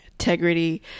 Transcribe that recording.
integrity